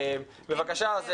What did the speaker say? בבקשה,